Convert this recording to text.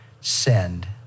send